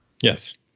Yes